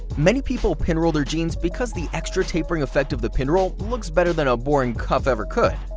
many people pinroll their jeans because the extra tapering effect of the pinroll looks better than a boring cuff ever could.